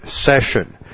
session